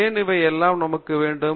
ஏன் இவை எல்லாம் நமக்கு வேண்டும்